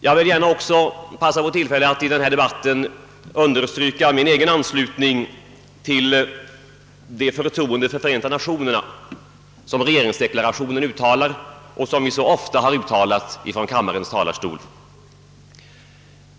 Jag vill också gärna passa på tillfället att i denna debatt understryka min egen anslutning till det förtroende för Förenta Nationerna som regeringsdeklarationen uttalar och som vi så ofta har uttalat från kammarens talarstol.